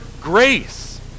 grace